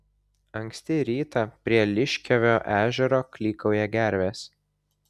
anksti rytą prie liškiavio ežero klykauja gervės